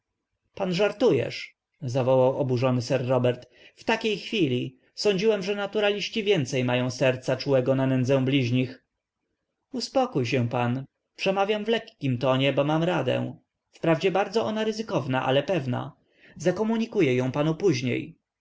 pan żartujesz zawołał oburzony sir robert w takiej chwili sądziłem że naturaliści więcej mają serca czułego na nędzę bliźnich uspokój się pan przemawiam w lekkim tonie bo mam radę wprawdzie bardzo ona rezykowna ale pewna zakomunikuję ją panu później